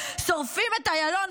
הממלכתיים,